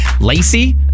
Lacey